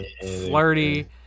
flirty